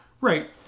Right